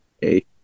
hey